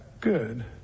good